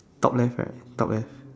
top left right top left